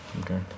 Okay